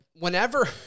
Whenever